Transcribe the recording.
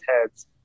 heads